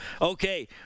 Okay